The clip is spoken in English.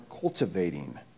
cultivating